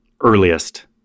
earliest